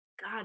God